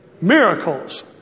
Miracles